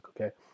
okay